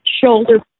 shoulder